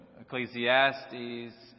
Ecclesiastes